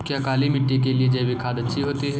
क्या काली मिट्टी के लिए जैविक खाद अच्छी है?